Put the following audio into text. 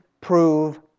prove